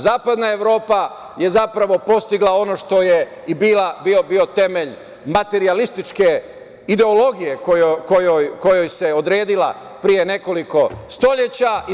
Zapadna Evropa je zapravo postigla ono što je i bio temelj materijalističke ideologije kojoj se odredila pre nekoliko vekova.